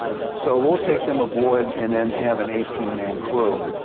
so we'll take them aboard and then have an eighteen man crew.